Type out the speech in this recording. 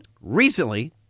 Recently